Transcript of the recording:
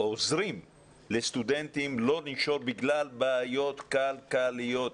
עוזרים לסטודנטים לא לנשור בגלל בעיות כלכליות.